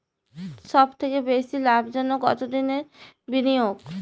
সবথেকে বেশি লাভজনক কতদিনের বিনিয়োগ?